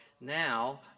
now